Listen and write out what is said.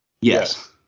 yes